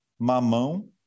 Mamão